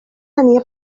tenia